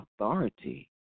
authority